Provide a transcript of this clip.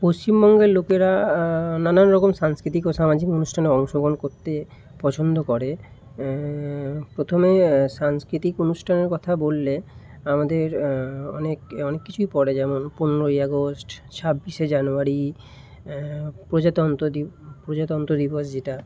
পশ্চিমবঙ্গের লোকেরা নানান রকম সাংস্কৃতিক ও সামাজিক অনুষ্ঠানে অংশগহণ করতে পছন্দ করে প্রথমেই সাংস্কৃতিক অনুষ্ঠানের কথা বললে আমাদের অনেক অনেক কিছুই পড়ে যেমন পনেরোই আগস্ট ছাব্বিশে জানুয়ারি প্রজাতন্ত্র দি প্রজাতন্ত্র দিবস যেটা